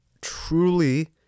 truly